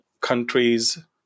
countries